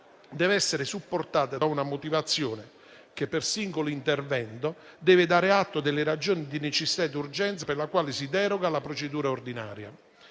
deve essere supportata da una motivazione che, per singolo intervento, deve dare atto delle ragioni di necessità e di urgenza per le quali si deroga alla procedura ordinaria.